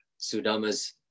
Sudama's